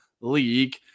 League